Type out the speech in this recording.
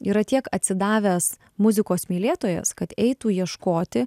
yra tiek atsidavęs muzikos mylėtojas kad eitų ieškoti